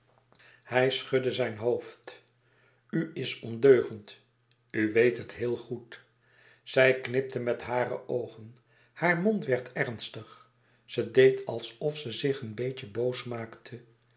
hij schudde zijn hoofd u is ondeugend u weet het heel goed zij knipte met hare oogen haar mond werd ernstig ze deed alsof ze zich een beetje boos maakte